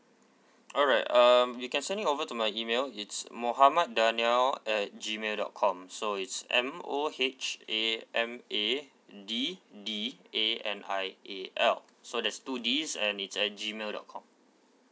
alright um you can send it over to my email it's mohamad danial at G mail dot com so it's M O H A M A D D A N I A L so there's two Ds and it's at G mail dot com